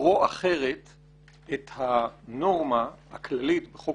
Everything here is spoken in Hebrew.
לקרוא אחרת את הנורמה הכללית בחוק